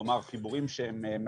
כלומר חיבורים שהם,